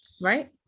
Right